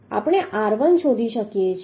આપણે r1 શોધી શકીએ છીએ